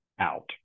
out